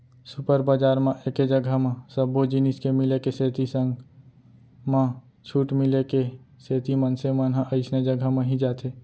super बजार म एके जघा म सब्बो जिनिस के मिले के सेती संग म छूट मिले के सेती मनसे मन ह अइसने जघा म ही जाथे